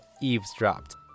eavesdropped